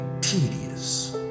tedious